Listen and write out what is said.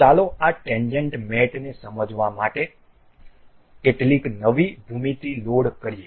ચાલો આ ટેન્જેન્ટ મેટને સમજવા માટે કેટલીક નવી ભૂમિતિ લોડ કરીએ